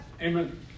Amen